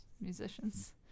musicians